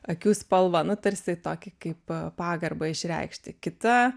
akių spalva na tarsi tokį kaip pagarbą išreikšti kita